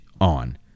on